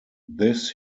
this